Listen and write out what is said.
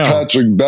Patrick